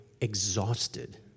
exhausted